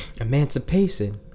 emancipation